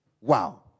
Wow